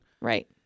Right